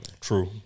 True